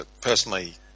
Personally